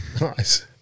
Nice